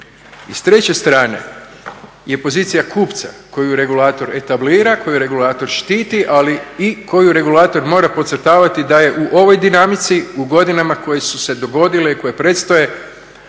I s treće strane je pozicija kupca koju regulator etablira, koju regulator štiti ali i koju regulator mora podcrtavati da je u ovoj dinamici u godinama koje su se dogodile i koje predstoje